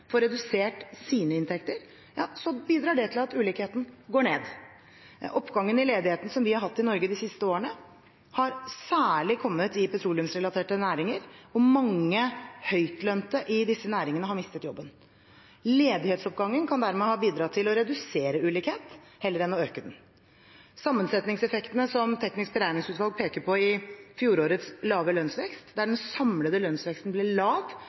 får redusert sine inntekter, bidrar det til at ulikheten går ned. Oppgangen i ledigheten som vi har hatt i Norge de siste årene, har særlig kommet i petroleumsrelaterte næringer, og mange høytlønte i disse næringene har mistet jobben. Ledighetsoppgangen kan dermed ha bidratt til å redusere ulikheten heller enn å øke den. Sammensetningseffektene som Teknisk beregningsutvalg peker på i fjorårets lave lønnsvekst, der den samlede lønnsveksten ble lav